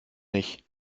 nicht